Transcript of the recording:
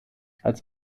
als